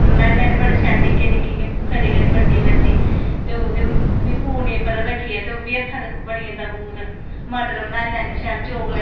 दुऐ पास्सै आई जाओ कनक कनक दा जेह्ड़ा गौरमैंट भा कढदी ऐ उनैं गौरमैंट नै पिछलै साल इक्की सौ रक्खे दा हा